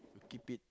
keep it